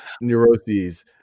neuroses